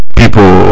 people